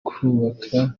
kubaka